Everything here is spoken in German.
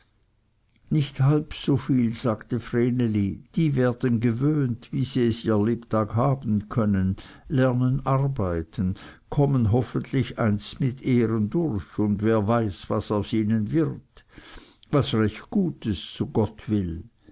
nicht halb so viel sagte vreneli die werden gewöhnt wie sie es ihr lebtag haben können lernen arbeiten kommen hoffentlich einst mit ehren durch und wer weiß was aus ihnen wird was recht gutes so gott will